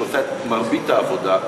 שעושה את מרבית העבודה,